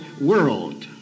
World